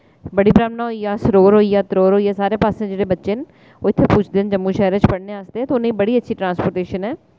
बढ़ी ब्रह्मणा होई गेआ सरोर होई गेआ तरोर होई गेआ सारे पास्से जेह्ड़े बच्चे न ओह् इत्थै पुजदे न जम्मू शैह्रे च पढ़ने आस्तै ते उ'नें ई बड़ी अच्छी ट्रांसपोर्टेशन ऐ